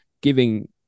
giving